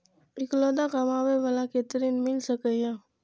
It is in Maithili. इकलोता कमाबे बाला के ऋण मिल सके ये?